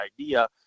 idea